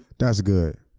that's good,